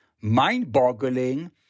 mind-boggling